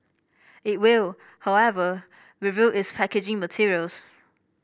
it will however review its packaging materials